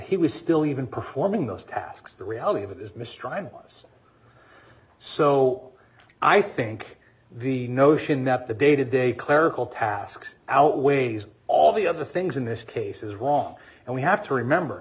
he was still even performing those tasks the reality of it is mistrial was so i think the notion that the day to day clerical tasks outweighs all the other things in this case is wrong and we have to remember